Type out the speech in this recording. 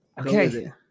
Okay